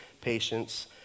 patience